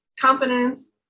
confidence